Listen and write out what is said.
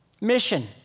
Mission